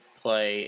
play